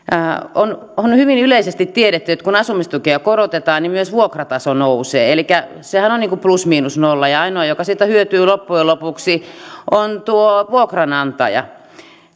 on on hyvin yleisesti tiedetty että kun asumistukea korotetaan niin myös vuokrataso nousee elikkä sehän on niin kuin plus miinus nolla ja ainoa joka siitä hyötyy loppujen lopuksi on vuokranantaja